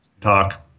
talk